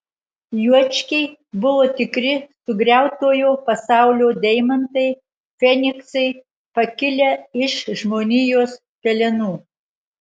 juočkiai buvo tikri sugriautojo pasaulio deimantai feniksai pakilę iš žmonijos pelenų